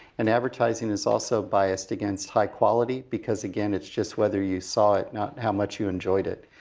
and advertising is also biased against high quality because, again, it's just whether you saw it, not how much you enjoyed it.